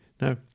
Now